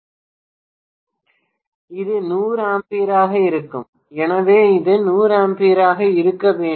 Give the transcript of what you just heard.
இது 100 A ஆக இருக்கும் எனவே இது 100 A ஆக இருக்க வேண்டும்